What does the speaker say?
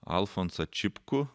alfonsą čipkų